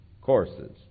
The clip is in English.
courses